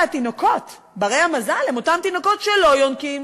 התינוקות בני-המזל הם אותם תינוקות שלא יונקים,